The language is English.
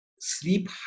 sleep